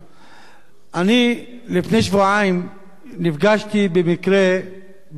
לפני שבועיים נפגשתי במקרה עם קבוצה